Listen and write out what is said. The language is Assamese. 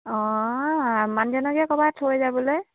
অঁ মানহজনকে ক'বা থৈ যাবলৈ